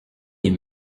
les